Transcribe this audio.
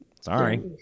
Sorry